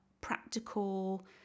practical